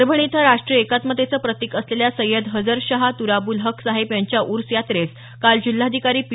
परभणी इथं राष्ट्रीय एकात्मतेचं प्रतिक असलेल्या सय्यद हजर शाह तुराबूल हक्क साहेब यांच्या ऊर्स यात्रेस काल जिल्हाधिकारी पी